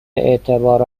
اعتبار